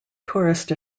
tourist